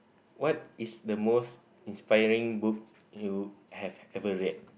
what is the most inspiring book you have ever read